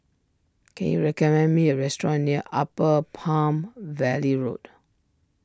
can you recommend me a restaurant near Upper Palm Valley Road